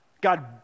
God